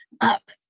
up